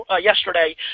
yesterday